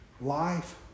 Life